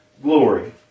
Glory